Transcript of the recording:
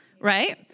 right